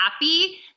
happy